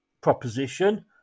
proposition